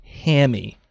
hammy